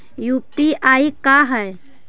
UPI का है?